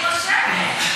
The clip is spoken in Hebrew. תרשמי.